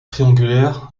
triangulaires